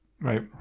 right